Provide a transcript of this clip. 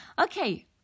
okay